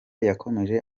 yakomeje